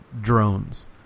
drones